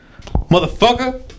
Motherfucker